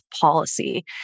policy